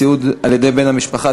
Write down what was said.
סיעוד על-ידי בן-משפחה),